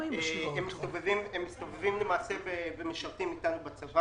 הם מסתובבים בצבא,